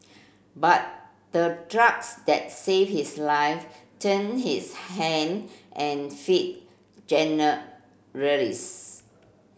but the drugs that saved his life turned his hand and feet